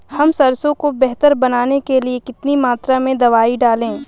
हम सरसों को बेहतर बनाने के लिए कितनी मात्रा में दवाई डालें?